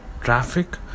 traffic